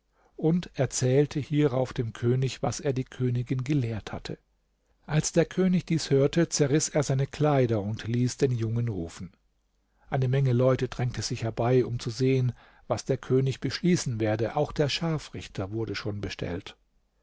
und erzählte hierauf dem könig was er die königin gelehrt hatte als der könig dies hörte zerriß er seine kleider und ließ den jungen rufen eine menge leute drängte sich herbei um zu sehen was der könig beschließen werde auch der scharfrichter wurde schon bestellt